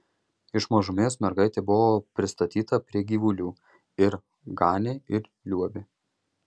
iš mažumės mergaitė buvo pristatyta prie gyvulių ir ganė ir liuobė